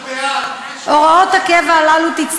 אנחנו בעד, מה את רוצה?